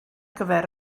gyfer